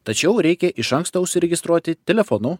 tačiau reikia iš anksto užsiregistruoti telefonu